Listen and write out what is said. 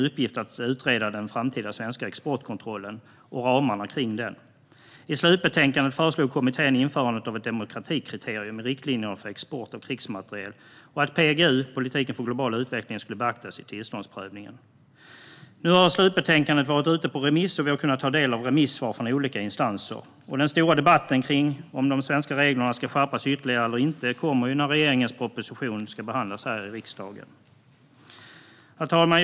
Uppgiften var att utreda den framtida svenska exportkontrollen och ramarna för den. I slutbetänkandet föreslog kommittén införande av ett demokratikriterium i riktlinjerna för export av krigsmateriel och att PGU, politiken för global utveckling, skulle beaktas i tillståndsprövningen. Nu har slutbetänkandet varit ute på remiss, och vi har kunnat ta del av remissvar från olika instanser. Den stora debatten om de svenska reglerna ska skärpas ytterligare eller inte kommer när regeringens proposition ska behandlas här i riksdagen. Herr talman!